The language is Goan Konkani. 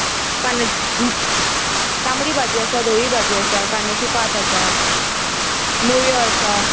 तांबडी भाजी आसा धवी भाजी आसा कांद्याची पात आसा मुळ्यो आसा